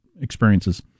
experiences